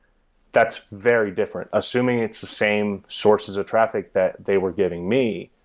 that's very different. assuming it's the same sources of traffic that they were getting me,